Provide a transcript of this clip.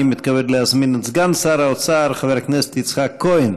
אני מתכבד להזמין את סגן שר האוצר חבר הכנסת יצחק כהן